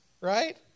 right